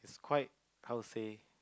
quite how to say